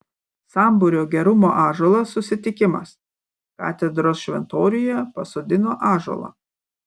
sambūrio gerumo ąžuolas susitikimas katedros šventoriuje pasodino ąžuolą